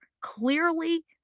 clearly